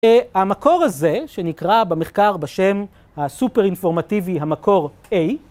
המקור הזה, שנקרא במחקר בשם הסופר-אינפורמטיבי "המקור A",